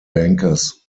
bankers